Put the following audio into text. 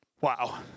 Wow